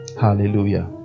Hallelujah